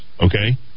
okay